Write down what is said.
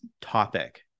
topic